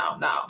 no